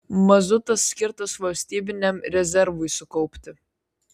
mazutas skirtas valstybiniam rezervui sukaupti